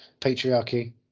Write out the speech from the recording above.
patriarchy